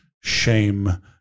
shame